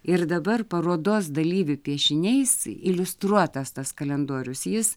ir dabar parodos dalyvių piešiniais iliustruotas tas kalendorius jis